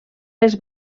les